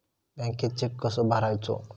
बँकेत चेक कसो भरायचो?